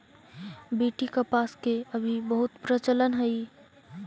BT कपास के अभी बहुत प्रचलन हई